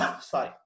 Sorry